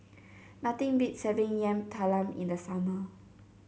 nothing beats having Yam Talam in the summer